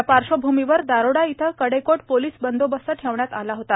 या पार्श्वभूमीवर दारोडा इथं कडेकोट पोलीस बंदोबस्त ठेवण्यात आला होता